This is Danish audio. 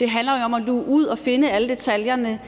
Det handler jo om at luge ud og finde alle detaljerne,